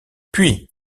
puis